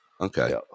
Okay